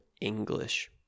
English